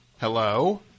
Hello